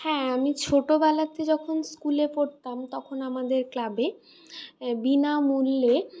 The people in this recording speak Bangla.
হ্যাঁ আমি ছোটোবেলাতে যখন স্কুলে পড়তাম তখন আমাদের ক্লাবে বিনামূল্যে